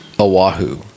Oahu